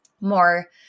more